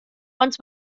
ond